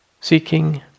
Seeking